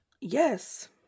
yes